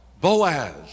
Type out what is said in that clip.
Boaz